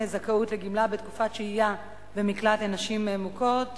זכאות לגמלה בתקופת שהייה במקלט לנשים מוכות),